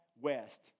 west